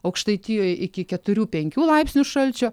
aukštaitijoj iki keturių penkių laipsnių šalčio